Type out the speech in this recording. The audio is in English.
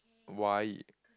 why